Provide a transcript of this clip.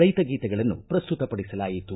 ರೈತ ಗೀತೆಗಳನ್ನು ಪ್ರಸ್ತುತ ಪಡಿಸಲಾಯಿತು